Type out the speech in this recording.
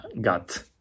got